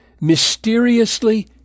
mysteriously